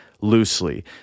loosely